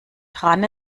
dran